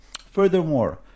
Furthermore